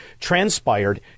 transpired